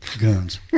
Guns